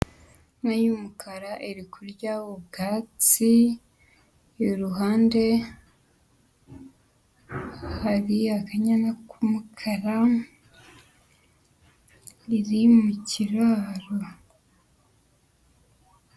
Inka y'umukara iri kurya ubwatsi, iruhande hari akanyana k'umukara iri mu kiraro.